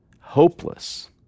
hopeless